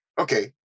Okay